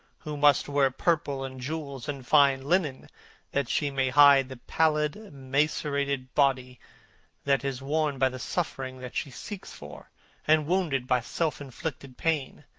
who must wear purple and jewels and fine linen that she may hide the pallid macerated body that is worn by the suffering that she seeks for and wounded by self-inflicted pain.